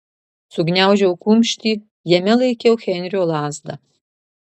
sugniaužiau kumštį jame laikiau henrio lazdą